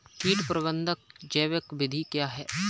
कीट प्रबंधक की जैविक विधि क्या है?